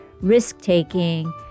risk-taking